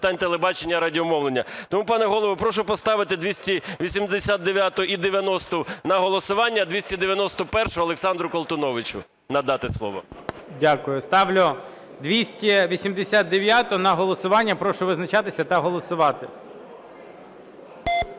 Дякую. Ставлю 289-у на голосування. Прошу визначатися та голосувати.